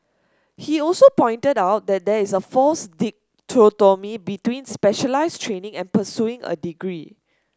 he also pointed out that there is a false dichotomy between specialised training and pursuing a degree